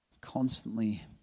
constantly